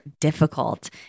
difficult